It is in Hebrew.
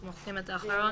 אנחנו מוחקים את האחרון.